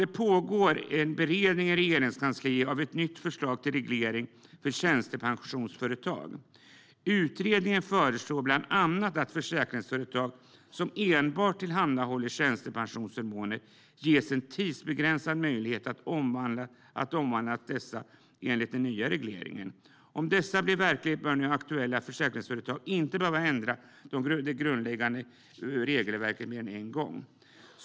Det pågår en beredning i Regeringskansliet av ett nytt förslag till reglering för tjänstepensionsföretag. Utredningen föreslår bland annat att försäkringsföretag som enbart tillhandahåller tjänstepensionsförmåner ska ges en tidsbegränsad möjlighet att omvandla dessa enligt den nya regleringen. Om detta blir verklighet bör nu aktuella försäkringsföretag inte behöva ändra det grundläggande regelverket mer än en gång.